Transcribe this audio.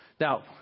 Now